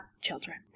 children